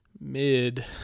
mid